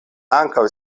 ankaŭ